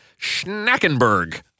Schnackenberg